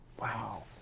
Wow